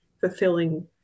fulfilling